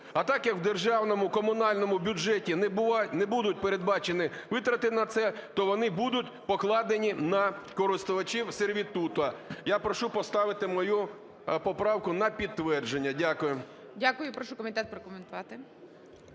А так як в державному комунальному бюджеті не будуть передбачені витрати на це, то вони будуть покладені на користувачів сервітуту. Я прошу поставити мою поправку на підтвердження. Дякую. ГОЛОВУЮЧИЙ. Дякую. Прошу комітет прокоментувати.